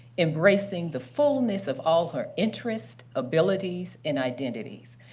embracing the fullness of all her interest, abilities, and identities.